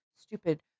stupid